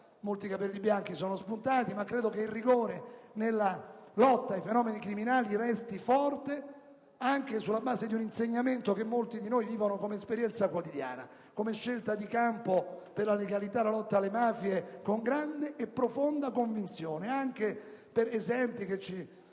molti capelli bianchi sono spuntati, ma credo che il rigore nella lotta ai fenomeni criminali resti forte, anche sulla base di un insegnamento che molti di noi vivono come esperienza quotidiana, come scelta di campo per la legalità e la lotta alle mafie, con grande e profonda convinzione, anche per gli esempi che ci